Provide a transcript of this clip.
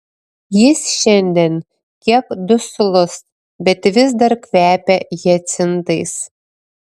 jis šiandien kiek duslus bet vis dar kvepia hiacintais